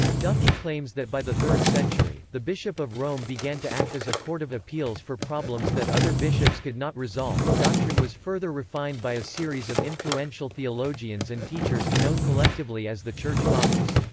duffy claims that by the third century the bishop of rome began to act as a court of appeals for problems that other bishops could not resolve doctrine was further refined by a series of influential theologians and teachers, known collectively as the church fathers.